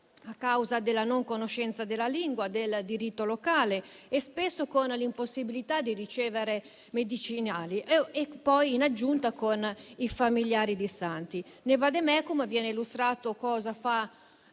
a causa della non conoscenza della lingua e del diritto locale e spesso con l'impossibilità di ricevere medicinali, oltre che con i familiari distanti. Nel *vademecum* viene illustrato cosa fa